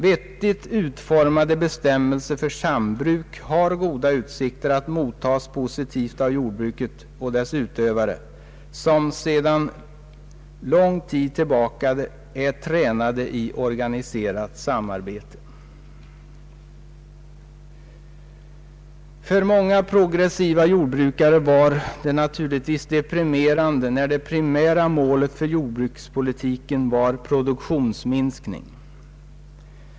Vettigt utformade bestämmelser för sambruk har goda utsikter att mottas positivt av jordbruket och dess utövare som sedan lång tid tillbaka är tränade i organiserat samarbete. För många progressiva jordbrukare var det naturligtvis deprimerande när det primära målet för jordbrukspolitiken var produktionsminskning.